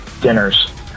dinners